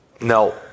No